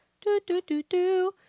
Do-do-do-do